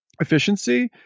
efficiency